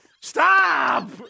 Stop